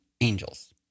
angels